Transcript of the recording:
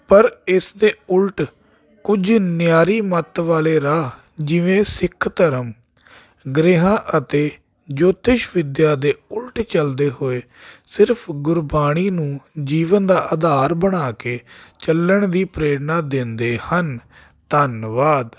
ਪਰ ਇਸ ਦੇ ਉਲਟ ਕੁਝ ਨਿਆਰੀ ਮੱਤ ਵਾਲੇ ਰਾਹ ਜਿਵੇਂ ਸਿੱਖ ਧਰਮ ਗ੍ਰਹਿਆਂ ਅਤੇ ਜੋਤਿਸ਼ ਵਿੱਦਿਆ ਦੇ ਉਲਟ ਚੱਲਦੇ ਹੋਏ ਸਿਰਫ਼ ਗੁਰਬਾਣੀ ਨੂੰ ਜੀਵਨ ਦਾ ਆਧਾਰ ਬਣਾ ਕੇ ਚੱਲਣ ਦੀ ਪ੍ਰੇਰਨਾ ਦਿੰਦੇ ਹਨ ਧੰਨਵਾਦ